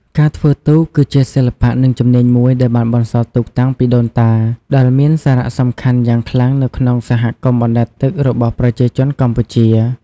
ការធ្វើទូកគឺជាសិល្បៈ និងជំនាញមួយដែលបានបន្សល់ទុកតាំងពីដូនតា ដែលមានសារៈសំខាន់យ៉ាងខ្លាំងនៅក្នុងសហគមន៍អណ្តែតទឹករបស់ប្រជាជនកម្ពុជា។